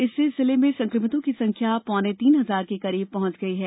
इससे जिले में संक्रमितों की संख्या पौने तीन हजार के करीब पहुंच गई है